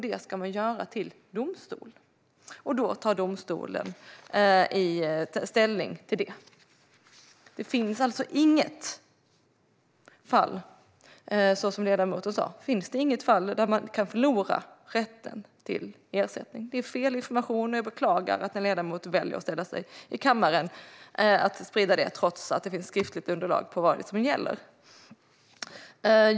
Det ska man göra till domstol, och då tar domstolen ställning till det. Det finns alltså inget fall, så som ledamoten sa, där en markägare kan förlora rätten till ersättning. Det är fel information. Jag beklagar att en ledamot väljer att ställa sig i kammaren och sprida det trots att det finns skriftligt underlag på vad det är som gäller.